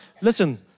listen